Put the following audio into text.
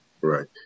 Right